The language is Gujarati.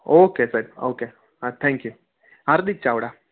ઓકે સાહેબ ઓકે હા થેન્ક યૂ હાર્દિક ચાવડા